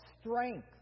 strength